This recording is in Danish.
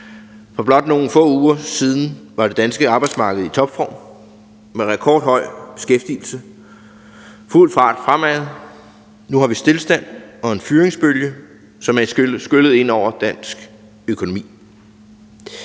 For blot nogle få uger siden var det danske arbejdsmarked i topform, med rekordhøj beskæftigelse, fuld fart fremad. Nu har vi stilstand og en fyringsbølge, som er skyllet ind over dansk økonomi.